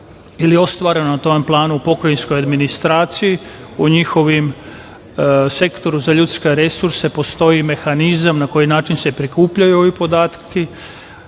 ili ostvareno na tom planu u pokrajinskoj administraciji, u njihovom Sektoru za ljudske resurse postoji mehanizam na koji način se prikupljaju ovi podaci.